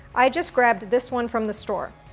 i just grabbed this one from the store.